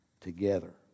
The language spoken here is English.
together